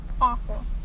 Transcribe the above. awful